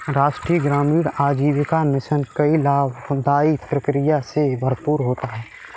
राष्ट्रीय ग्रामीण आजीविका मिशन कई लाभदाई प्रक्रिया से भरपूर होता है